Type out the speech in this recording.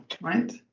right